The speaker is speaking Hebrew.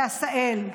בעשהאל,